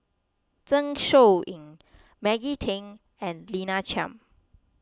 Zeng Shouyin Maggie Teng and Lina Chiam